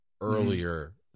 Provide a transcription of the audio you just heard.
earlier